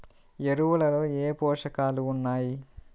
ఎరువులలో ఏ పోషకాలు ఉన్నాయి?